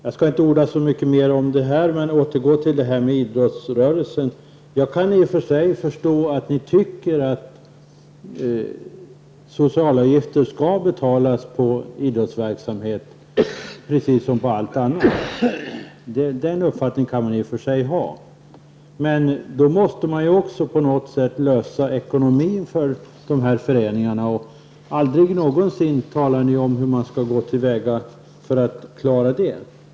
Jag skall dock inte orda mer om detta utan återgå till frågan om försäkringsskydd för idrottsutövare. Jag kan i och för sig förstå att ni tycker att socialavgifter skall betalas på inkomster inom idrottsverksamhet precis som på alla andra inkomster. Den uppfattningen kan ni ha, men då gäller det att också lösa ekonomin för berörda föreningar. Aldrig någonsin talar ni om hur man skall gå till väga för att göra det.